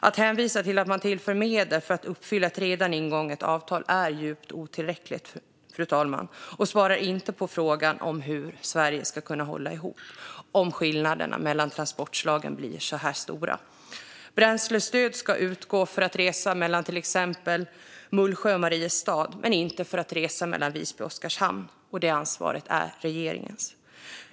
Att hänvisa till att man tillför medel för att uppfylla ett redan ingånget avtal är djupt otillräckligt, fru talman, och svarar inte på frågan om hur Sverige ska kunna hålla ihop om skillnaderna mellan transportslagen blir så här stora. Bränslestöd ska utgå för att resa mellan till exempel Mullsjö och Mariestad men inte för att resa mellan Visby och Oskarshamn. Det ansvaret är regeringens.